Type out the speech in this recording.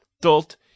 dolt